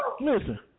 listen